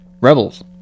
Rebels